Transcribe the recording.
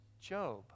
Job